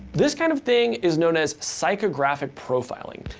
this kind of thing is known as psychographic profiling.